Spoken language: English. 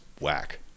whack